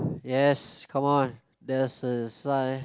yes come on there's a sigh